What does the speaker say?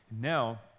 Now